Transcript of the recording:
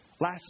Last